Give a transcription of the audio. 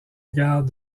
gare